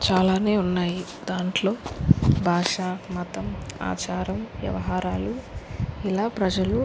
చాలానే ఉన్నాయి దాంట్లో భాష మతం ఆచారం వ్యవహారాలు ఇలా ప్రజలు